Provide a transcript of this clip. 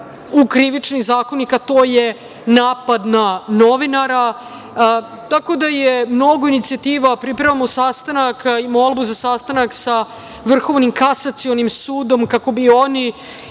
u Krivični zakonik, a to je napad na novinara. Tako da je mnogo inicijativa. Pripremamo sastanak i molbu za sastanak Vrhovnim kasacionim sudom kako bi oni